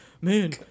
man